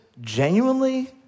genuinely